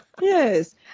yes